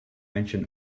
mention